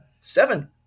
Seven